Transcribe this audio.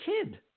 kid